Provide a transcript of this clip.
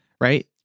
right